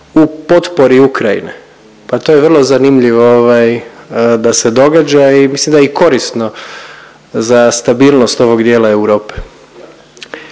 u potpori Ukrajine, pa to je vrlo zanimljivo da se događa i mislim da je korisno za stabilnost ovog dijela Europe.